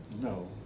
No